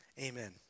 Amen